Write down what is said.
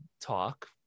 talk